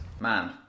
Man